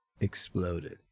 exploded